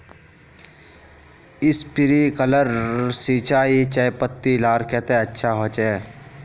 Sprinkler सिंचाई चयपत्ति लार केते अच्छा होचए?